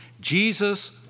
Jesus